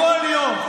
כל יום,